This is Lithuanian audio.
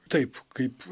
taip kaip